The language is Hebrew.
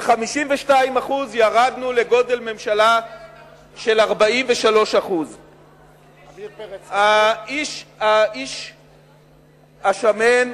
52% ירדנו לגודל ממשלה של 43%. אדוני השר,